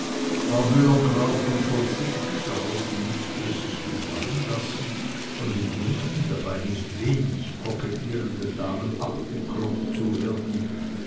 war müllergrau von chausseestaub und mußte es sich gefallen lassen von den jungen dabei nicht wenig kokettierenden damen abgeklopft zu werden